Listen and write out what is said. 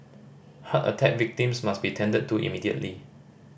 heart attack victims must be tended to immediately